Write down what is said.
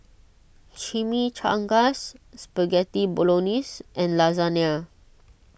Chimichangas Spaghetti Bolognese and Lasagna